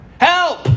Help